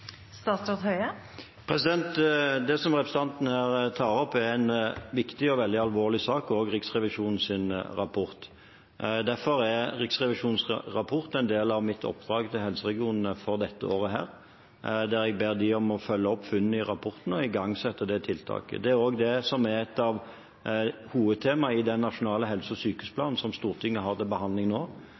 Det som representanten her tar opp, er en viktig og veldig alvorlig sak, noe også Riksrevisjonens rapport viser. Derfor er Riksrevisjonens rapport en del av mitt oppdrag til helseregionene for dette året, der jeg ber dem om å følge opp funnene i rapporten og igangsette tiltak. Det er også et av hovedtemaene i den nasjonale helse- og sykehusplanen som Stortinget har til behandling nå,